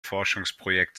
forschungsprojekt